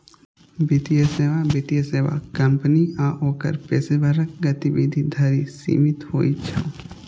वित्तीय सेवा वित्तीय सेवा कंपनी आ ओकर पेशेवरक गतिविधि धरि सीमित होइ छै